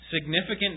significant